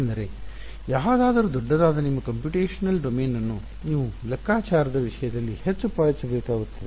ಏಕೆಂದರೆ ಯಾವುದಾದರೂ ದೊಡ್ಡದಾದ ನಿಮ್ಮ ಕಂಪ್ಯೂಟೇಶನಲ್ ಡೊಮೇನ್ ಅನ್ನು ನೀವು ಲೆಕ್ಕಾಚಾರದ ವಿಷಯದಲ್ಲಿ ಹೆಚ್ಚು ಪಾವತಿಸಬೇಕಾಗುತ್ತದೆ